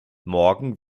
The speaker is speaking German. morgen